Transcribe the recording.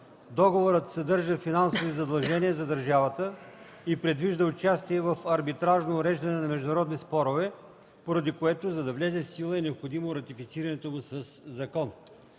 Договорът съдържа финансови задължения за държавата и предвижда участие в арбитражно уреждане на международни спорове, поради което, за да влезе в сила, е необходимо ратифицирането му със закон.